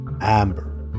Amber